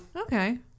okay